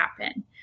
happen